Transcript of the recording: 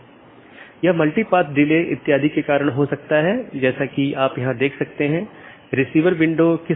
BGP निर्भर करता है IGP पर जो कि एक साथी का पता लगाने के लिए आंतरिक गेटवे प्रोटोकॉल है